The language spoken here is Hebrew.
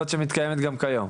זו שמתקיימת גם כיום?